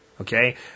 Okay